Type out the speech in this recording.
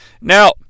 now